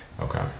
Okay